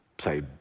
say